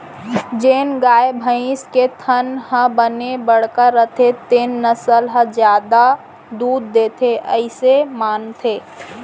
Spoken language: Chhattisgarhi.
जेन गाय, भईंस के थन ह बने बड़का रथे तेन नसल ह जादा दूद देथे अइसे मानथें